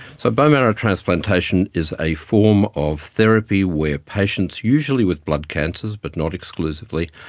so bone marrow transplantation is a form of therapy where patients, usually with blood cancers but not exclusively,